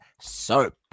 Soap